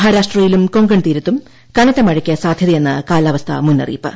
മഹാരാഷ്ട്രയിലും കൊങ്കൺ തീരത്തും കനത്ത മഴയ്ക്ക് സാധൃതയെന്ന് കാലാവസ്ഥ മുന്നറിയിപ്പ്